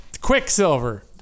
Quicksilver